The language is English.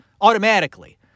Automatically